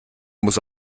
muss